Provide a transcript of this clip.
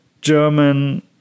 German